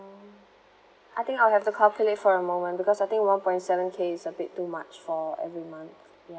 I think I'll have to calculate for a moment because I think one point seven K is a bit too much for every month ya